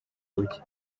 buke